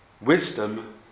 wisdom